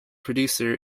producer